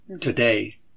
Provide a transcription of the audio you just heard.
today